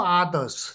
others